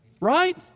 Right